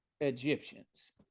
Egyptians